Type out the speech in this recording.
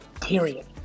period